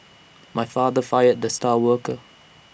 my father fired the star worker